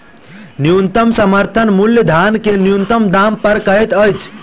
न्यूनतम समर्थन मूल्य धान के न्यूनतम दाम तय करैत अछि